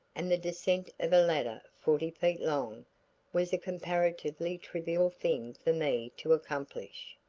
and the descent of a ladder forty feet long was a comparatively trivial thing for me to accomplish.